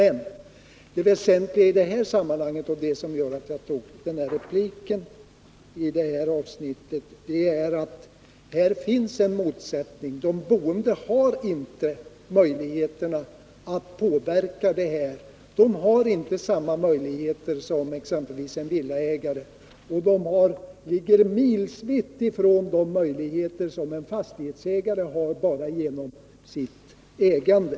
Men det väsentliga i detta sammanhang och anledningen till att jag begärde replik är att här finns det en motsättning. De boende har inte möjlighet att påverka miljön, de har inte samma möjligheter som exempelvis en villaägare, och deras möjligheter ligger milsvitt från de möjligheter som en fastighetsägare har bara genom sitt ägande.